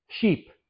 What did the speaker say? sheep